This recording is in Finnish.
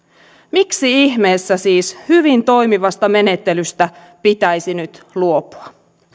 miksi ihmeessä siis hyvin toimivasta menettelystä pitäisi nyt luopua